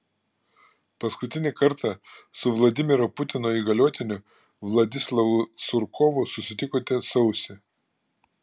paskutinį kartą su vladimiro putino įgaliotiniu vladislavu surkovu susitikote sausį